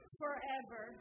forever